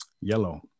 yellow